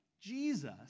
Jesus